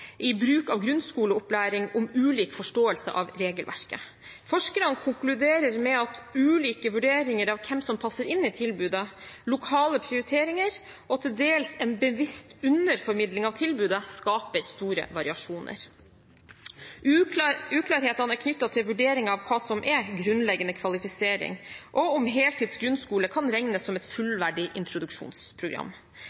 i bruk av grunnskoleopplæring om ulik forståelse av regelverket. Forskerne konkluderer med at ulike vurderinger av hvem som passer inn i tilbudet, lokale prioriteringer og til dels en bevisst underformidling av tilbudet skaper store variasjoner. Uklarhetene er knyttet til vurderingen av hva som er grunnleggende kvalifisering og om heltids grunnskole kan regnes som et fullverdig introduksjonsprogram.